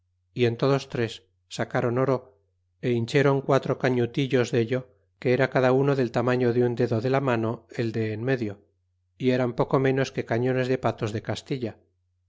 y en todos tres sacron oro a hinchéron quatro cañutillos dello que era cada uno del tamaño de un dedo de la mano el de en medio y eran poco menos que cañones de patos de castilla